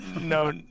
No